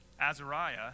Azariah